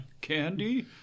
candy